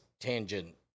tangent